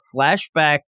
flashback